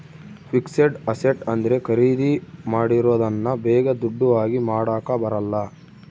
fixed asset ಅಂದ್ರೆ ಖರೀದಿ ಮಾಡಿರೋದನ್ನ ಬೇಗ ದುಡ್ಡು ಆಗಿ ಮಾಡಾಕ ಬರಲ್ಲ